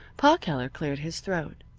pa keller cleared his throat.